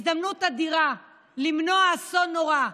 הזדמנות אדירה למנוע אסון נורא,